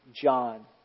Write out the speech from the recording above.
John